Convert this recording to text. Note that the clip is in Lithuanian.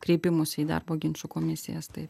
kreipimųsi į darbo ginčų komisijas tai